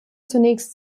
zunächst